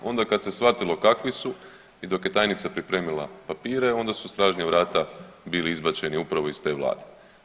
Onda kada se shvatilo kakvi su i dok je tajnica pripremila papire onda su na stražnja vrata bili izbačeni upravo iz te Vlade.